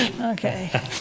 Okay